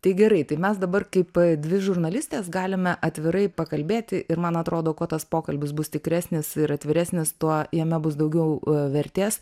tai gerai tai mes dabar kaip dvi žurnalistės galime atvirai pakalbėti ir man atrodo kuo tas pokalbis bus tikresnis ir atviresnis tuo jame bus daugiau vertės